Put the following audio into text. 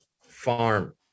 farm